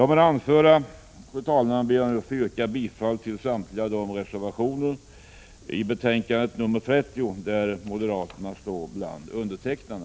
Med det anförda, fru talman, ber jag att få yrka bifall till samtliga reservationer i betänkande 30 där moderaterna finns bland undertecknarna.